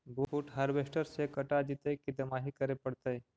बुट हारबेसटर से कटा जितै कि दमाहि करे पडतै?